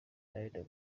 ronaldo